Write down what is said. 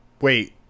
Wait